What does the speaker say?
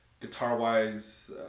guitar-wise